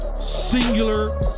singular